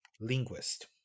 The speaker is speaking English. linguist